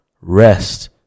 rest